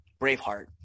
braveheart